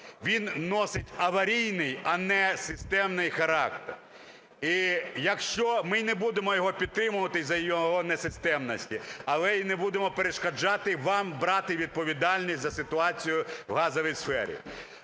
Він носить аварійний, а не системний характер. І якщо… Ми не будемо його підтримувати із-за його несистемності, але і не будемо перешкоджати вам брати відповідальність за ситуацію в газовій сфері.